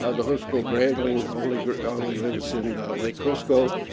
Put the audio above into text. ah the hovsgol grayling only grayling only lives in lake hovsgol.